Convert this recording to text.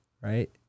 right